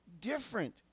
different